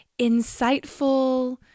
insightful